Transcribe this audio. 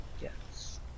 yes